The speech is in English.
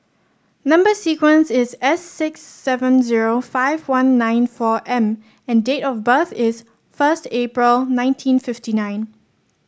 number sequence is S six seven zero five one nine four M and date of birth is first April nineteen fifty nine